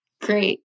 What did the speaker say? Great